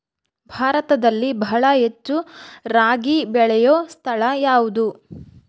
ಭಾರತದಲ್ಲಿ ಬಹಳ ಹೆಚ್ಚು ರಾಗಿ ಬೆಳೆಯೋ ಸ್ಥಳ ಯಾವುದು?